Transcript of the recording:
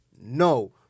No